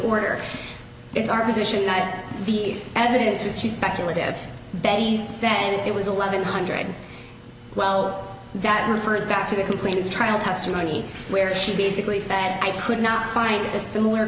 order it's our position that the evidence was too speculative that he said it was eleven hundred well that refers back to complete his trial testimony where she basically said i could not find a similar